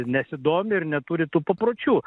nesidomi ir neturi tų papročių